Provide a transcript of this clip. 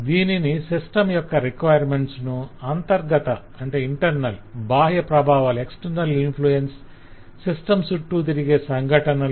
దీనిని సిస్టమ్ యొక్క రిక్వైర్మెంట్స్ ను - అంతర్గత బాహ్య ప్రభావాలు సిస్టమ్ చుట్టూ జరిగే సంఘటనలు